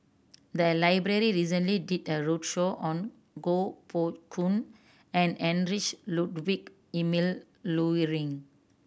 the library recently did a roadshow on Koh Poh Koon and Heinrich Ludwig Emil Luering